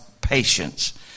patience